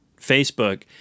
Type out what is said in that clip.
Facebook